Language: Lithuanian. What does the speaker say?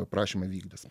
prašymą įvykdys